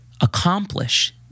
accomplish